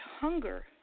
hunger